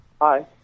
Hi